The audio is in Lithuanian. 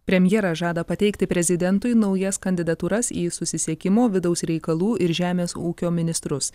premjeras žada pateikti prezidentui naujas kandidatūras į susisiekimo vidaus reikalų ir žemės ūkio ministrus